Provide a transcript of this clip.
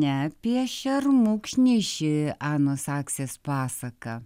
ne apie šermukšnį ši anos saksės pasaka